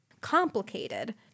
complicated